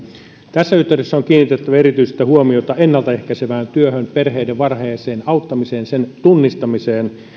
tässä yhteydessä on kiinnitettävä erityistä huomiota ennalta ehkäisevään työhön perheiden varhaiseen auttamiseen sen tunnistamiseen